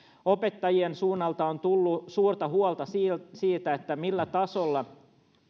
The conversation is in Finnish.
opettajien suunnalta on tullut suurta huolta siitä siitä millä tasolla